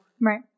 right